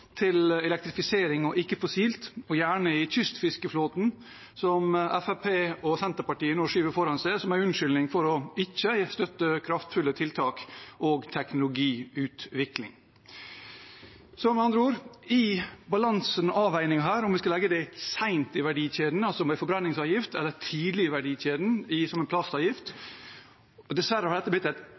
til elektrifisering og til ikke fossilt, og gjerne i kystfiskeflåten, som Fremskrittspartiet og Senterpartiet nå skyver foran seg som unnskyldning for ikke å støtte kraftfulle tiltak og teknologiutvikling. Med andre ord: I balansen og avveiningen om man skal legge det sent i verdikjeden med forbrenningsavgift, eller tidlig i verdikjeden som en plastavgift – dette har dessverre blitt et